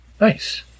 Nice